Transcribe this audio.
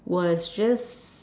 was just